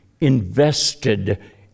invested